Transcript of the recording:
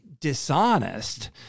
dishonest